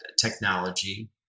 technology